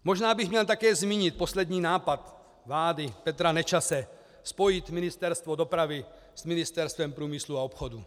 Možná bych měl také zmínit poslední nápad vlády Petra Nečase spojit Ministerstvo dopravy s Ministerstvem průmyslu a obchodu.